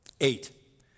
Eight